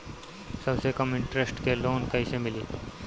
सबसे कम इन्टरेस्ट के लोन कइसे मिली?